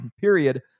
period